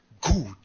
Good